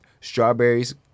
Strawberries